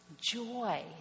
joy